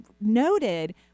noted